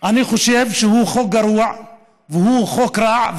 אני חושב שהוא חוק גרוע והוא חוק רע,